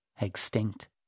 extinct